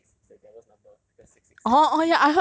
and six is the devil's number because six six six